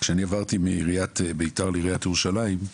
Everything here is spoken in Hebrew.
כשעברתי מעיריית ביתר לעיריית ירושלים,